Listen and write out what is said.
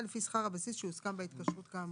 לפי שכר הבסיס שהוסכם בהתקשרות כאמור.